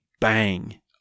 bang